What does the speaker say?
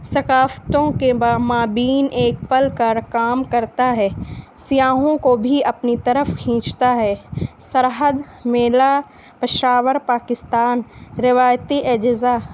ثقافتوں کے با مابین ایک پل کر کام کرتا ہے سیاحوں کو بھی اپنی طرف کھینچتا ہے سرحد میلا پشاور پاکستان روایتی اجزا